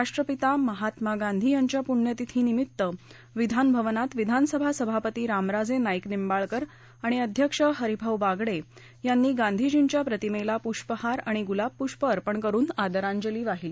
राष्ट्रपिता महात्मा गांधी यांच्या पृण्यतिथी निमित्त विधान भवतात विधानसभा सभापती रामराजे नाईक निबाळकर आणि अध्यक्ष हरिभाऊ बागडे यांनी गांधीजींच्या प्रतिमेला पुष्पहार आणि गुलाबपुष्प अर्पण करुन आदरांजली वाहिली